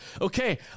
Okay